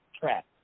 track